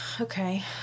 Okay